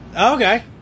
Okay